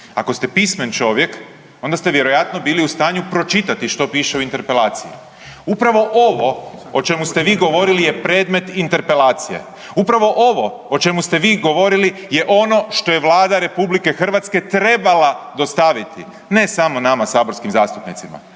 Ako ste pismen čovjek onda ste vjerojatno bili u stanu pročitati što piše u interpelaciji. Upravo ovo o čemu ste vi govorili je predmet interpelacije. Upravo ovo o čemi ste vi govorili je ono što je Vlada RH trebala dostaviti ne samo nama saborskim zastupnicima,